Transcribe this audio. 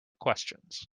questions